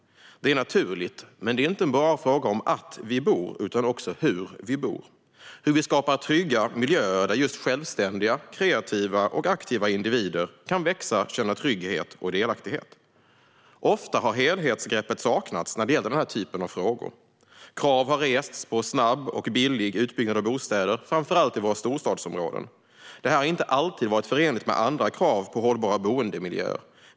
Det är naturligt, men det är inte bara en fråga om att vi bor utan också om hur vi bor och hur vi skapar trygga miljöer där just självständiga, kreativa och aktiva individer kan växa och känna trygghet och delaktighet. Ofta har helhetsgreppet saknats när det har gällt den här typen av frågor. Krav har rests på snabb och billig utbyggnad av bostäder, framför allt i våra storstadsområden. Detta har inte alltid varit förenligt med andra krav på hållbara boendemiljöer.